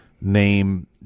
name